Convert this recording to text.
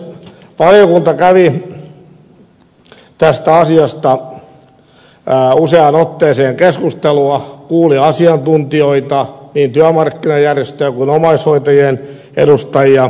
valiokunta kävi tästä asiasta useaan otteeseen keskustelua kuuli asiantuntijoita niin työmarkkinajärjestöjen kuin omaishoitajien edustajia